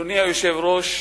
אדוני היושב-ראש,